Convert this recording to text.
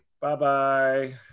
Bye-bye